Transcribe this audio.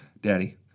Daddy